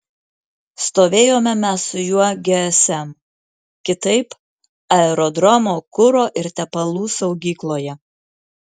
stovėjome mes su juo gsm kitaip aerodromo kuro ir tepalų saugykloje